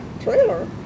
Trailer